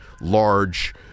large